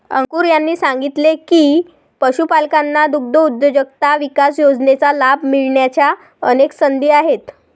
अंकुर यांनी सांगितले की, पशुपालकांना दुग्धउद्योजकता विकास योजनेचा लाभ मिळण्याच्या अनेक संधी आहेत